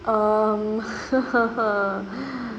um